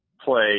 play